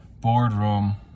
boardroom